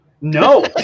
No